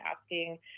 asking